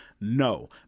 no